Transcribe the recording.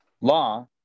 law